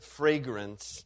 fragrance